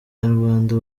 nyarwanda